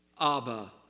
Abba